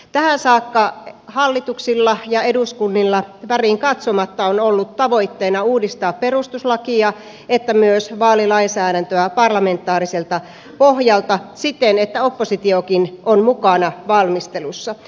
tähän saakka hallituksilla ja eduskunnilla väriin katsomatta on ollut tavoitteena uudistaa sekä perustuslakia että vaalilainsäädäntöä parlamentaariselta pohjalta siten että oppositiokin on mukana valmistelussa